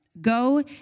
Go